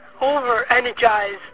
over-energized